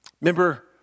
Remember